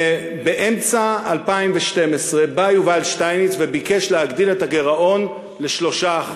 ובאמצע 2012 בא יובל שטייניץ וביקש להגדיל את הגירעון ל-3%.